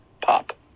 Pop